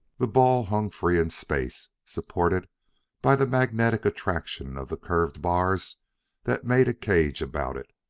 the ball hung free in space, supported by the magnetic attraction of the curved bars that made a cage about it.